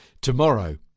Tomorrow